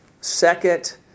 Second